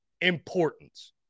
importance